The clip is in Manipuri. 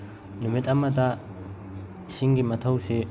ꯅꯨꯃꯤꯠ ꯑꯃꯗ ꯏꯁꯤꯡꯒꯤ ꯃꯊꯧꯁꯤ